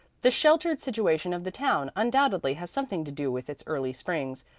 the sheltered situation of the town undoubtedly has something to do with its early springs,